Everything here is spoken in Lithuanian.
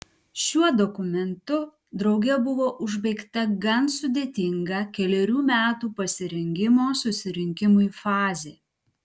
šiuo dokumentu drauge buvo užbaigta gan sudėtinga kelerių metų pasirengimo susirinkimui fazė